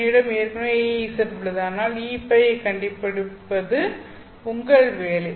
என்னிடம் ஏற்கனவே Ez உள்ளது ஆனால் Eϕ ஐக் கண்டுபிடிப்பது உங்கள் வேலை